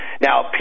now